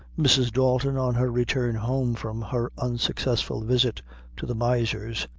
mrs. dalton, on her return home from her unsuccessful visit to the miser's,